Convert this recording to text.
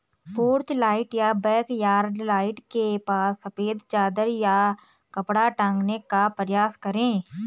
porch light या backyard light के पास सफेद चादर या कपड़ा टांगने का प्रयास करें